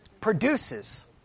produces